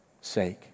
sake